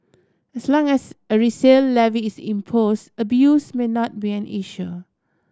as long as a resale levy is impose abuse may not be an issue